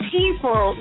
people